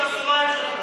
ואני מעולם,